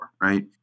right